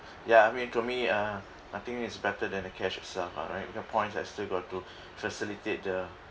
ya I mean to me uh I think its better than the cash itself ah right because the points I still got to facilitate the